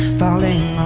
falling